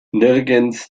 nirgends